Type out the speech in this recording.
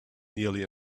nearly